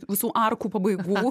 visų arkų pabaigų